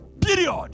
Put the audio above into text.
Period